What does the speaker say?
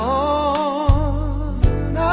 on